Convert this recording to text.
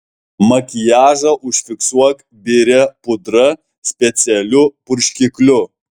makiažą užfiksuok biria pudra specialiu purškikliu